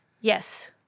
Yes